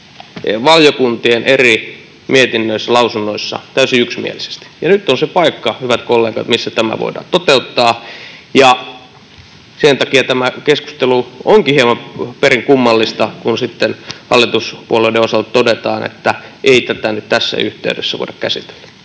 valiokuntien eri mietinnöissä, lausunnoissa täysin yksimielisesti. Ja nyt on se paikka, hyvät kollegat, missä tämä voidaan toteuttaa. Sen takia tämä keskustelu onkin perin kummallista, kun sitten hallituspuolueiden osalta todetaan, että ei tätä nyt tässä yhteydessä voida käsitellä.